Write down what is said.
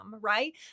right